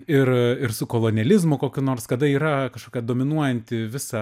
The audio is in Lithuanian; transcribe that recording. ir ir su kolonializmu kokiu nors kada yra kažkokia dominuojanti visą